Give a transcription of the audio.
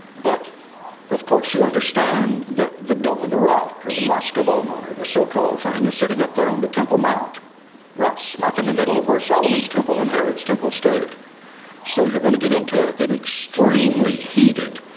but of course you understand that the dome the rock or the mosque of omar the so called thing is sitting up there on the temple mount right smack in the middle of where solomon's temple and herod's temple stood so you're going to get into an extremely heated?